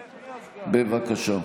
בבקשה.